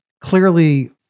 clearly